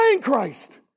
Christ